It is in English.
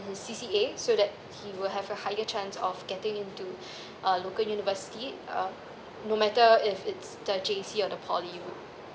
his C_C_A so that he will have a higher chance of getting into a local university uh no matter if it's the J_C or the poly route